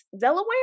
Delaware